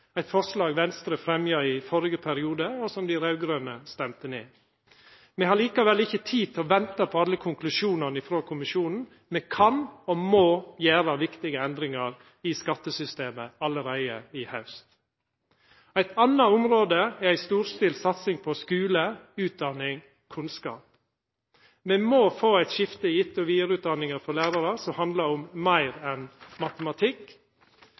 eit forslag Venstre fremja i førre periode, og som dei raud-grøne stemde ned. Me har likevel ikkje tid til å venta på alle konklusjonane frå kommisjonen. Me kan og må gjera viktige endringar i skattesystemet allereie i haust. Eit anna område er ei storstilt satsing på skule, utdanning og kunnskap. Me må få eit skifte i etter- og vidareutdanninga for lærarane som handlar om meir enn matematikk,